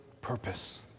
purpose